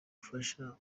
gufasha